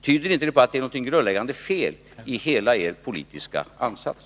Tyder inte det på att det är något grundläggande fel i hela er politiska ansats?